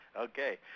Okay